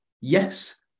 yes